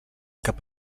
cap